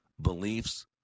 beliefs